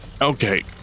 Okay